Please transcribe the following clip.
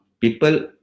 people